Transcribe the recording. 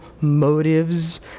motives